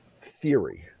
theory